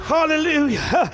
Hallelujah